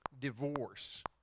divorce